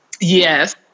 Yes